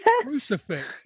crucifix